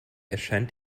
erscheint